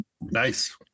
Nice